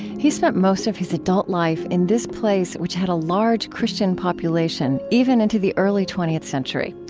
he's spent most of his adult life in this place, which had a large christian population even into the early twentieth century,